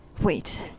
Wait